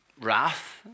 wrath